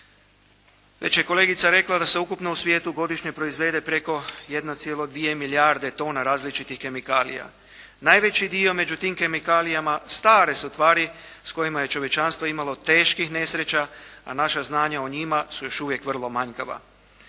Već je kolegica rekla da se ukupno u svijetu godišnje proizvede preko 1,2 milijarde tona različitih kemikalija. Najveći dio među tim kemikalijama stare su tvari s kojima će čovječanstvo imalo teških nesreća a naša znanja o njima su još uvijek vrlo manjkava.